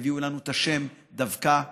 שהביאו לנו את השם דווקא הזה.